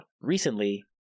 recently